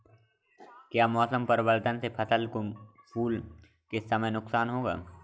क्या मौसम परिवर्तन से फसल को फूल के समय नुकसान होगा?